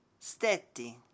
stetti